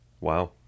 Wow